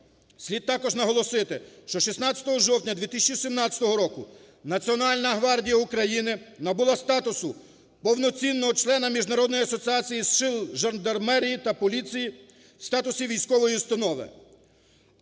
Слід також наголосити, що 16 жовтня 2017 року Національна гвардія України набула статусу повноцінного члена Міжнародної асоціації сил жандармерії та поліції в статусі військової установи.